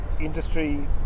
industry